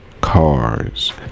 cars